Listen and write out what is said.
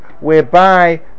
whereby